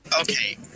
Okay